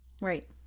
Right